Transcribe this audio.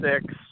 six